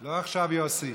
לא עכשיו יוסי,